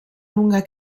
lunga